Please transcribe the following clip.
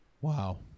Wow